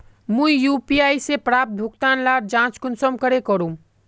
मुई यु.पी.आई से प्राप्त भुगतान लार जाँच कुंसम करे करूम?